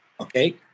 Okay